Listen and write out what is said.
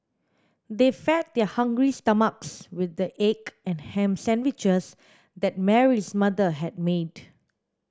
they fed their hungry stomachs with the egg and ham sandwiches that Mary's mother had made